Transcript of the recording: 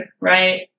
right